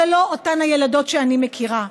זה לא אותן הילדות שאני מכירה.